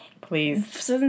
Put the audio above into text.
Please